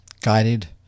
guided